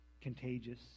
contagious